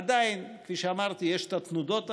עדיין, כפי שאמרתי, יש התנודות האלה,